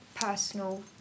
personal